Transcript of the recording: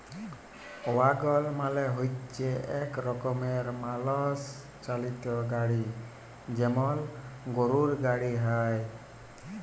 ওয়াগল মালে হচ্যে এক রকমের মালষ চালিত গাড়ি যেমল গরুর গাড়ি হ্যয়